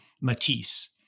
Matisse